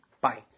Bye